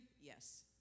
Yes